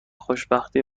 خوشبختی